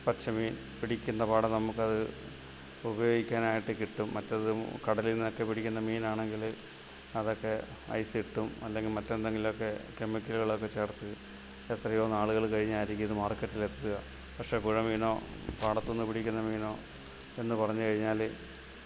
പച്ച മീൻ പിടിക്കുന്ന പാടേ നമുക്ക് അത് ഉപയോഗിക്കാനായിട്ട് കിട്ടും മറ്റേത് കടലിൽ നിന്നൊക്കെ പിടിക്കുന്ന മീനാണെങ്കിൽ അതൊക്കെ ഐസിട്ടും അല്ലെങ്കിൽ മറ്റ് എന്തെങ്കിലുമൊക്കെ കെമിക്കലുകളൊക്കെ ചേർത്തു എത്രയോ നാളുകൾ കഴിഞ്ഞായിരിക്കും ഇത് മാർക്കറ്റിൽ എത്തുക പക്ഷെ പുഴമീനോ പാടത്തു നിന്ന് പിടിക്കുന്ന മീനോ എന്ന് പറഞ്ഞു കഴിഞ്ഞാൽ